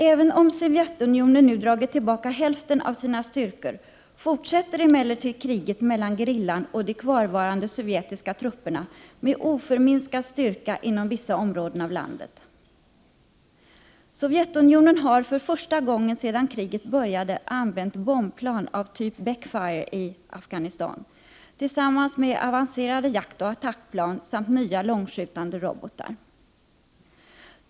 Även om Sovjetunionen nu har dragit tillbaka hälften av sina styrkor, fortsätter kriget mellan gerillan och de kvarvarande sovjetiska trupperna med oförminskad styrka inom vissa områden i landet. För första gången sedan kriget i Afghanistan började har Sovjetunionen nu använt bombplan av typen Backfire — jämte avancerade jaktoch attackplan samt nya långskjutande robotar.